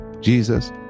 jesus